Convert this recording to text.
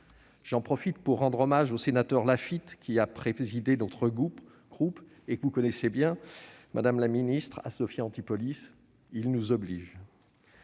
J'en profite pour rendre hommage au sénateur Laffitte qui a présidé notre groupe et que vous avez dû connaître, madame la ministre, à Sophia-Antipolis. Il nous oblige.